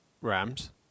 Rams